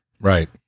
Right